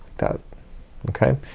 that okay,